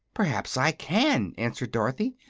perhaps i can, answered dorothy.